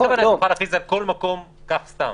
אי אפשר להכריז על כל מקום ככה סתם.